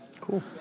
Cool